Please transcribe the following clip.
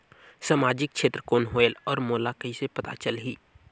समाजिक क्षेत्र कौन होएल? और मोला कइसे पता चलही?